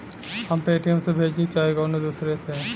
हम पेटीएम से भेजीं चाहे कउनो दूसरे से